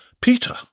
Peter